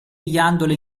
ghiandole